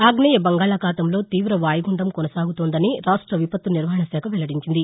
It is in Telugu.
ఆగ్నేయ బంగాళాఖాతంలో తీవ వాయుగుండం కొనసాగుతోందని రాష్ట్ర విపత్తు నిర్వహణ శాఖ వెల్లడించింది